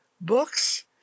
books